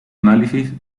análisis